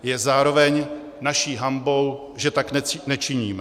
Je zároveň naší hanbou, že tak nečiníme.